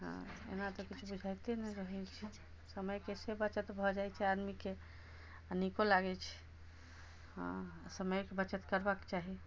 हँ एना तऽ किछु बुझाइते नहि रहै छै समय के से बचत भऽ जाइत छै आदमी के आ नीको लागै छै हँ समय के बचत करबाके चाही